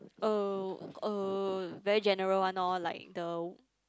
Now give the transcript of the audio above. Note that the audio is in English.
uh uh very general one lor like the